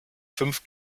fünf